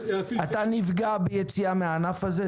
אתה נפגע ביציאה מהענף הזה,